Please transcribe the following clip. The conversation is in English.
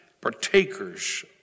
partakers